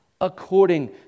according